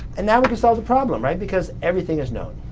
and now we can solve the problem right because everything is known,